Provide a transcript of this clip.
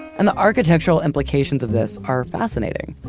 and the architectural implications of this are fascinating.